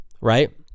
right